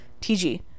TG